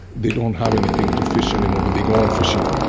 they don't have anything to fish anymore but they go on fishing.